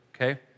okay